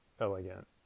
elegant